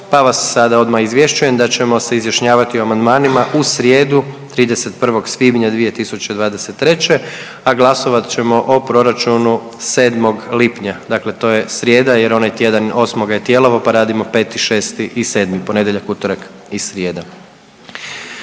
pa vas sada odmah izvješćujem da ćemo se izjašnjavati o amandmanima u srijedu, 31. svibnja 2023., a glasovat ćemo o proračunu 7. lipnja, dakle to je srijeda jer onaj tjedan 8. je Tijelovo, pa radimo 5., 6. i 7., ponedjeljak, utorak i srijeda.